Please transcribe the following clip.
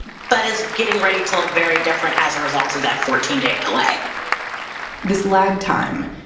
but is getting ready to look very different as a result of that fourteen day delay this lag time,